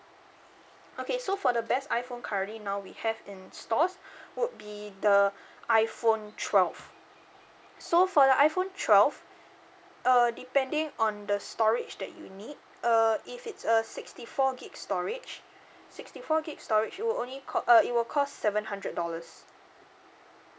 okay so for the best iphone currently now we have in stores would be the iphone twelve so for the iphone twelve uh depending on the storage that you need uh if it's a sixty four gig storage sixty four gig storage it will only cost uh it will cost seven hundred dollars